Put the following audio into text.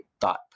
thought